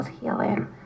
healing